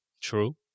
True